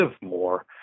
more